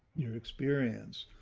your experience.